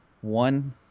one